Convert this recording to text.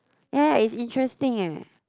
ya it's interesting eh